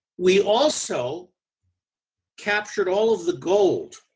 we also captured all of the gold